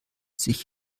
sich